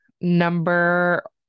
number